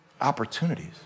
opportunities